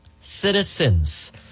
citizens